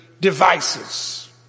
devices